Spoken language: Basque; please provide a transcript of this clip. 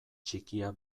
txikia